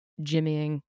jimmying